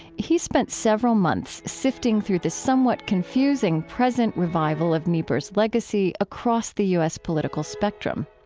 he spent several months sifting through the somewhat confusing present revival of niebuhr's legacy across the u s. political spectrum.